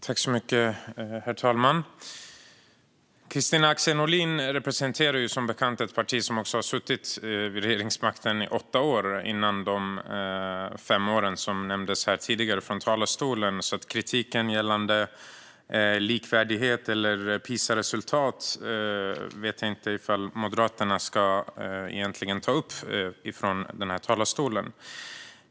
Herr talman! Kristina Axén Olin representerar som bekant ett parti som satt vid regeringsmakten i åtta år innan de fem år som nämndes här tidigare från talarstolen. Att kritisera likvärdighetsarbete eller PISA-resultat vet jag därför inte om Moderaterna egentligen ska göra här.